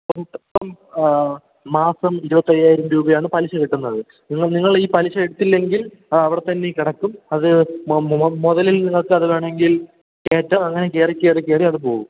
ഇപ്പം ഇപ്പം മാസം ഇരുപത്തയ്യായിരം രൂപയാണ് പലിശ കിട്ടുന്നത് നിങ്ങൾ നിങ്ങൾ ഈ പലിശ എടുത്തില്ലെങ്കിൽ അത് അവിടെ തന്നെ കിടക്കും അത് മൊ മൊ മുതലിൽ നിങ്ങൾക്ക് അത് വേണമെങ്കിൽ കയറ്റം അങ്ങനെ കയറി കയറി കയറി അത് പോകും